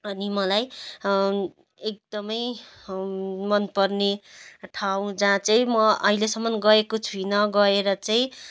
अनि मलाई एकदम मन पर्ने ठाउँ जहाँ चाहिँ म अहिलेसम्म गएको छुइनँ गएर चाहिँ